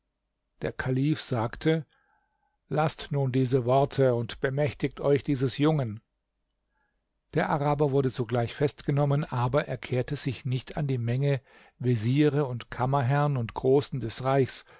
der kalif sagte laßt nun diese worte und bemächtigt euch dieses jungen der araber wurde sogleich festgenommen aber er kehrte sich nicht an die menge veziere und kammerherrn und großen des reichs